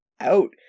out